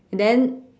then